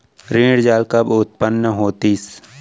ऋण जाल कब उत्पन्न होतिस?